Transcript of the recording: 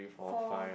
fourth